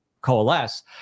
coalesce